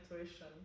intuition